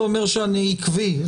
זה אומר שאני עקבי,